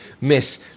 Miss